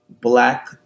Black